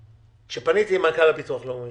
כשפניתי למנכ"ל הביטוח הלאומי,